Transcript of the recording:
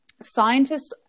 scientists